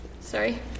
Sorry